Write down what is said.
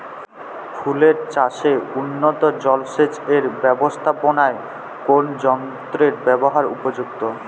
ফুলের চাষে উন্নত জলসেচ এর ব্যাবস্থাপনায় কোন যন্ত্রের ব্যবহার উপযুক্ত?